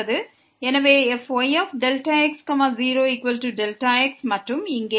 எனவே fyΔx0Δx மற்றும் இங்கே fy000